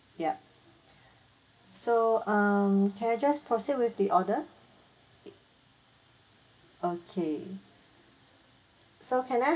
ya so um can I just proceed with the order okay so can I